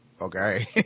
okay